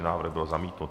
Návrh byl zamítnut.